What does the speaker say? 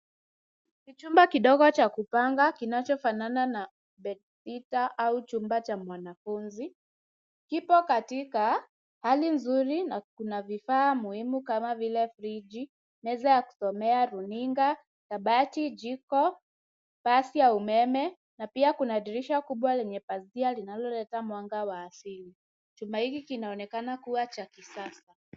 Ni chumba kidogo cha kupanga kinachofanana na bedsitter au chumba cha mwanafunzi. Kipo katika hali nzuri na kuna vifaa muhimu kama vile friji, meza ya kusomea, runinga, kabati, jiko, pasi ya umeme na pia kuna dirisha kubwa lenye pazia linaloleta mwanga wa asili. Chumba hiki kinaonekana kuwa cha kisasa.